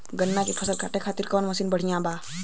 गन्ना के फसल कांटे खाती कवन मसीन बढ़ियां बा?